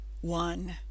one